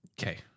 okay